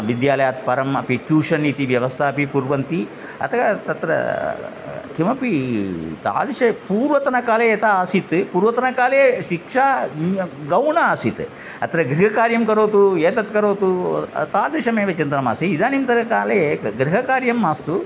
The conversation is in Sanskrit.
विद्यालयात् परम् अपि ट्यूशन् इति व्यवसायः अपि कुर्वन्ति अतः तत्र किमपि तादृश पूर्वतनकाले यतः आसीत् पूर्वतनकाले शिक्षा गौणा आसीत् अत्र गृहकार्यं करोतु एतद् करोतु तादृशमेव चिन्तनम् आसीत् इदानीन्तनकाले ग् गृहकार्यं मास्तु